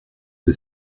que